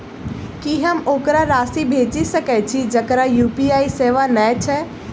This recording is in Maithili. की हम ओकरा राशि भेजि सकै छी जकरा यु.पी.आई सेवा नै छै?